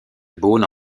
beaune